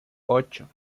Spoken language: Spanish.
ocho